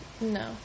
No